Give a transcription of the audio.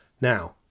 Now